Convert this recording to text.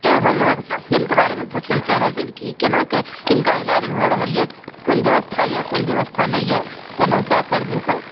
तैँ हम अहाँके स्वास्थ केन्द्रके बारेमे पूछै लए चाहि रहल छी की केनाके किनका ईलाज भऽ रहल यऽ कोन व्यवस्था यऽ कोन व्यवस्था नहि यऽ तहन हम ऊपाए करबै ओकर